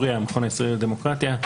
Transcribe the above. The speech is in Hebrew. אני מהמכון הישראלי לדמוקרטיה.